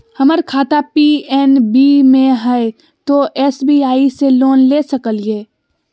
हमर खाता पी.एन.बी मे हय, तो एस.बी.आई से लोन ले सकलिए?